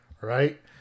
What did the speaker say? right